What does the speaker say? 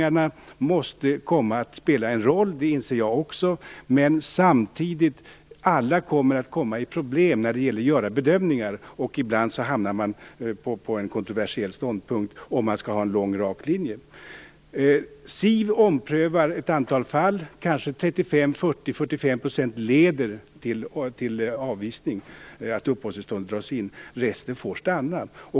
Visst måste värderingarna spela en roll, det inser jag också, men samtidigt kommer alla att hamna i problem när det gäller att göra bedömningar, och ibland hamnar man på en kontroversiell ståndpunkt om man skall ha en lång rak linje. SIV omprövar ett antal fall. Kanske 35-45 % leder till avvisning i och med att uppehållstillståndet dras in, men resten får stanna.